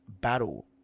battle